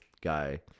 guy